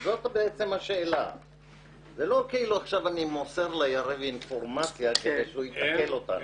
זה לא כאילו עכשיו אני מוסר ליריב אינפורמציה כדי שהוא יתקל אותנו.